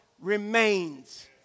remains